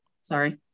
sorry